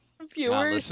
Viewers